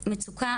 מצוקה,